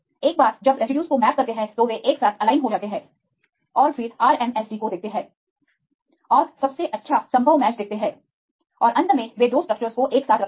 एक बार जब रेसिड्यूज को मैपकरते हैं तो वे एक साथ अलाइन हो जाते हैं और फिर RMSD को देखते हैं और सबसे अच्छा संभव मैच देखते हैं और अंत में वे दो स्ट्रक्चर्स को एक साथ रखते हैं